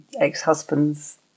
ex-husband's